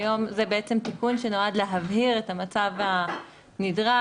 זה תיקון שנועד להבהיר את המצב הנדרש,